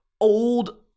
old